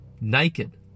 naked